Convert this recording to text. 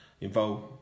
involved